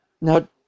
Now